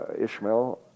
Ishmael